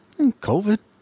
covid